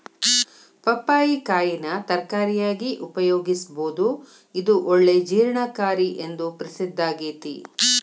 ಪಪ್ಪಾಯಿ ಕಾಯಿನ ತರಕಾರಿಯಾಗಿ ಉಪಯೋಗಿಸಬೋದು, ಇದು ಒಳ್ಳೆ ಜೇರ್ಣಕಾರಿ ಎಂದು ಪ್ರಸಿದ್ದಾಗೇತಿ